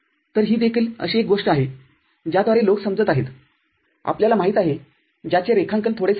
तर ही देखील अशी एक गोष्ट आहे ज्याद्वारे लोक समजत आहेतआपल्याला माहिती आहेज्याचे रेखांकन थोडे सोपे होते